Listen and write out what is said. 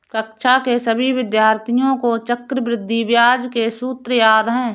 कक्षा के सभी विद्यार्थियों को चक्रवृद्धि ब्याज के सूत्र याद हैं